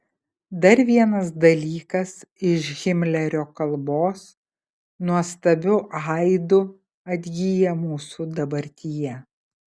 dar vienas dalykas iš himlerio kalbos nuostabiu aidu atgyja mūsų dabartyje